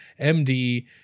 MD